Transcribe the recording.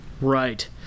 Right